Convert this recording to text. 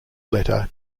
letter